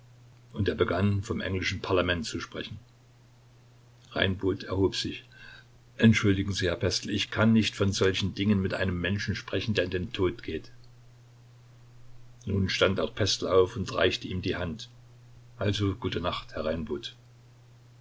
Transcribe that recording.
und er begann vom englischen parlament zu sprechen reinbot erhob sich entschuldigen sie herr pestel ich kann nicht von solchen dingen mit einem menschen sprechen der in den tod geht nun stand auch pestel auf und reichte ihm die hand also gute nacht